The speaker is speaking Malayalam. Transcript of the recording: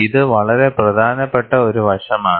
ഇത് വളരെ പ്രധാനപ്പെട്ട ഒരു വശമാണ്